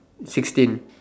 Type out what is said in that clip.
sixteen